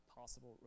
possible